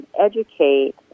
educate